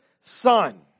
Son